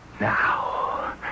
Now